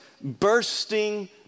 bursting